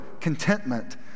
contentment